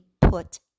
put